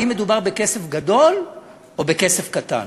האם מדובר בכסף גדול או בכסף קטן?